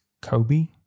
Kobe